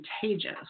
contagious